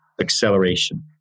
acceleration